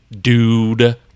Dude